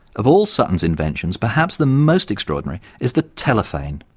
of all sutton's inventions perhaps the most extraordinary is the telefane.